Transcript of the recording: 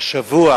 השבוע